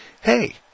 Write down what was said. hey